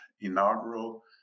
inaugural